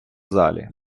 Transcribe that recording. залі